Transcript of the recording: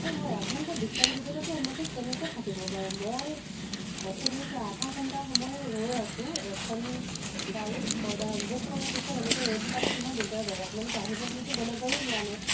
আৰু হয় আপোনালোকৰ বিশ্বাসযোগ্যতাটো এনেকৈ কেনেকৈ থাকিব বাৰু মই অথনিৰ পৰা আধা ঘণ্টা সময় ৰৈ আছো এখন গাড়ী অৰ্ডাৰ বুক কৰাৰ পিছত এনেকৈ ৰৈ থকাটো কিমান দিগদাৰ বাৰু আপোনালোক আহিব বুলিতো বেলেগ গাড়ীও লোৱা নাই